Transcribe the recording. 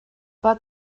but